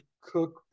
cook